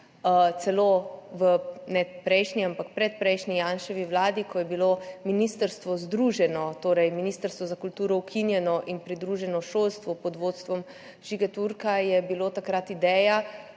Celo v predprejšnji Janševi vladi, ko je bilo ministrstvo združeno, torej ministrstvo za kulturo je bilo ukinjeno in pridruženo šolstvu, pod vodstvom Žige Turka, je bila takrat ideja,